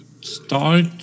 start